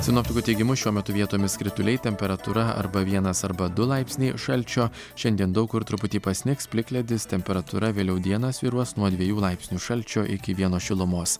sinoptikų teigimu šiuo metu vietomis krituliai temperatūra arba vienas arba du laipsniai šalčio šiandien daug kur truputį pasnigs plikledis temperatūra vėliau dieną svyruos nuo dviejų laipsnių šalčio iki vieno šilumos